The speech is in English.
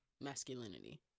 masculinity